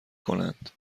کنند